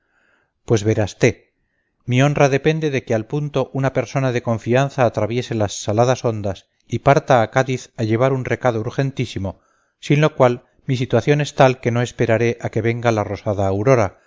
pues verasté mi honra depende de que al punto una persona de confianza atraviese las saladas ondas y parta a cádiz a llevar un recado urgentísimo sin lo cual mi situación es tal que no esperaré a que venga la rosada aurora